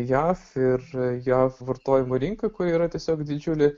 jav ir jav vartojimo rinka kuri yra tiesiog didžiulė